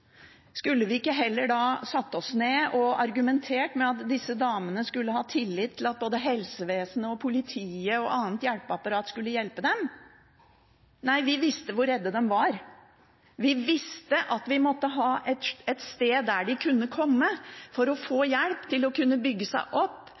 Skulle vi ikke heller satt oss ned og argumentert med at disse damene skulle hatt tillit til at både helsevesenet, politiet og annet hjelpeapparat skulle hjulpet dem? Nei, vi visste hvor redde de var. Vi visste at vi måtte ha et sted der de kunne komme for å